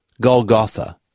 Golgotha